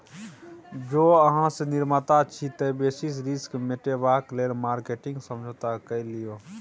जौं अहाँ निर्माता छी तए बेसिस रिस्क मेटेबाक लेल मार्केटिंग समझौता कए लियौ